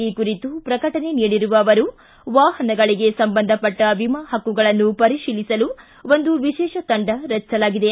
ಈ ಕುರಿತು ಪ್ರಕಟಣೆ ನೀಡಿರುವ ಅವರು ವಾಹನಗಳಿಗೆ ಸಂಬಂಧಪಟ್ಟ ವಿಮಾ ಹಕ್ಕುಗಳನ್ನು ಪರಿಶೀಲಿಸಲು ಒಂದು ವಿಶೇಷ ತಂಡ ರಚಿಸಲಾಗಿದೆ